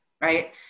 Right